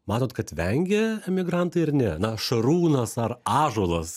matot kad vengia emigrantai ar ne na šarūnas ar ąžuolas